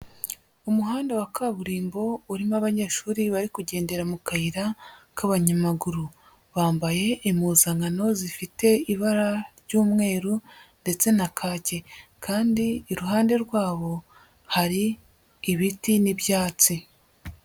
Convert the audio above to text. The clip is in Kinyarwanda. Umuhanda wa kaburimbo urimo abanyeshuri bari kugendera mu kayira k'abanyamaguru, bambaye impuzankano zifite ibara ry'umweru ndetse na kake, kandi iruhande rwabo hari ibiti n'ibyatsi.